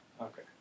Okay